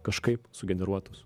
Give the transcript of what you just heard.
kažkaip sugeneruotus